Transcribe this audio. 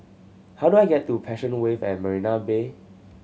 how do I get to Passion Wave at Marina Bay